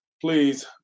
please